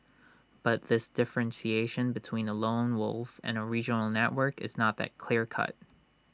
but this differentiation between A lone wolf and A regional network is not that clear cut